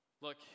look